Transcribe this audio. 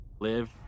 Live